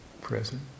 present